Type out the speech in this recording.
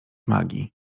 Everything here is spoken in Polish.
magii